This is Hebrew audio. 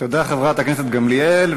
תודה, חברת הכנסת גמליאל.